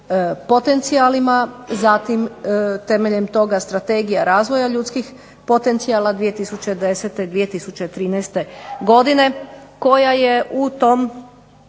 potencijalima, zatim temeljem toga strategija razvoja ljudskih potencijala 2010.-2013. godine, koja je u tom